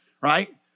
right